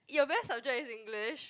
your best subject is English